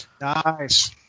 Nice